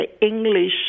English